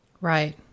Right